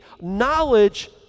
Knowledge